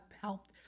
helped